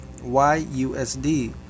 YUSD